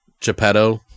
Geppetto